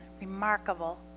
remarkable